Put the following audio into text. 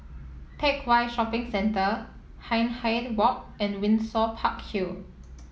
Teck Whye Shopping Centre Hindhede Walk and Windsor Park Hill